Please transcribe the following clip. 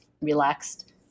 relaxed